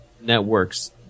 networks